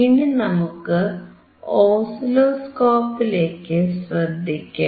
ഇനി നമുക്ക് ഓസിലോസ്കോപ്പിലേക്കു ശ്രദ്ധിക്കാം